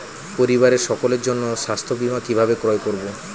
পরিবারের সকলের জন্য স্বাস্থ্য বীমা কিভাবে ক্রয় করব?